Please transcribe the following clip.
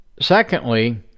Secondly